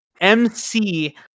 mc